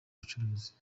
ubucuruzi